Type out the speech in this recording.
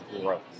growth